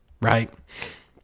Right